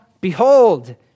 behold